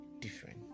different